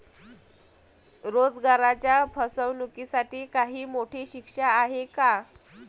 रोजगाराच्या फसवणुकीसाठी काही मोठी शिक्षा आहे का?